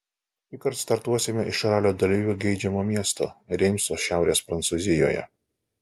šįkart startuosime iš ralio dalyvių geidžiamo miesto reimso šiaurės prancūzijoje